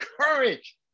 courage